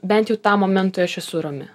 bent jau tam momentui aš esu rami